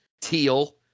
Teal